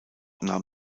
nahm